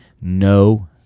no